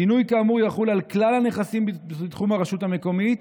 שינוי כאמור יחול על כלל הנכסים בתחום הרשות המקומית,